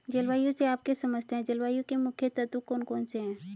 जलवायु से आप क्या समझते हैं जलवायु के मुख्य तत्व कौन कौन से हैं?